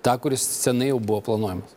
tą kuris senai jau buvo planuojamas